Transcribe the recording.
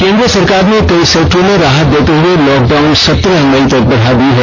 केन्द्र सरकार ने कई सेक्टरों में राहत देते हुए लॉकडाउन सत्रह मई तक बढ़ा दी है